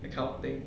that kind of thing